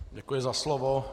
Děkuji za slovo.